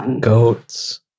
goats